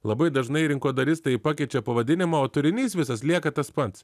labai dažnai rinkodaristai pakeičia pavadinimą o turinys visas lieka tas pats